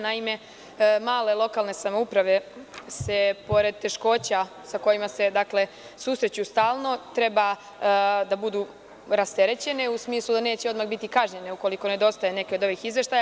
Naime, male lokalne samouprave se pored teškoća sa kojima se stalno susreću, treba da budu rasterećene u smislu da neće odmah biti kažnjene ukoliko nedostaje neki od ovih izveštaja.